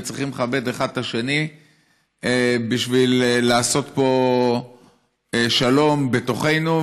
וצריכים לכבד אחד את השני בשביל לעשות פה שלום בתוכנו,